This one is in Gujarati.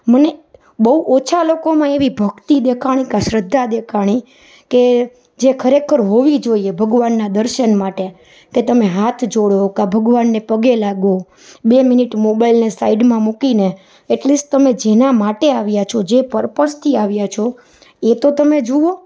મને બહુ ઓછા લોકોમાં એવી ભક્તિ દેખાઈ કે શ્રદ્ધા દેખાઈ કે જે ખરેખર હોવી જોઈએ ભગવાનના દર્શન માટે કે તમે હાથ જોડો કાં ભગવાનને પગે લાગો બે મિનિટ મોબાઈલને સાઈડમાં મૂકીને એટ લીસ્ટ તમે જેના માટે આવ્યા છો જે પર્પઝથી આવ્યા છો એતો તમે જુવો